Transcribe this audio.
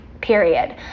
period